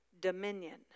dominion